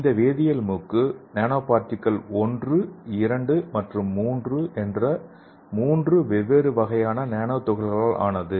இந்த வேதியியல் மூக்கு நானோபார்டிகல் 1 2 மற்றும் 3 என்ற மூன்று வெவ்வேறு வகையான நானோ துகள்களால் ஆனது